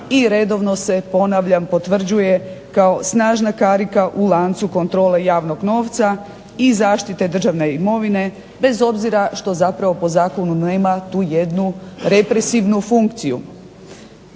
i redovno se, ponavljam, potvrđuje kao snažna karika u lancu kontrole javnog novca i zaštite državne imovine bez obzira što zapravo po zakonu nema tu jednu represivnu funkciju.